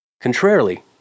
Contrarily